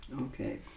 okay